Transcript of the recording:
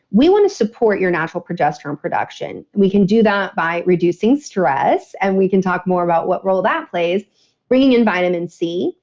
we want to support your natural progesterone production. we can do that by reducing stress and we can talk more about what role that plays bringing in vitamin c,